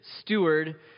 steward